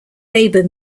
labour